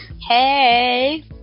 Hey